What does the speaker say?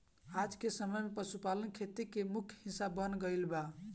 आजके समय में पशुपालन खेती के मुख्य हिस्सा बन गईल बा